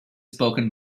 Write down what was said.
spoken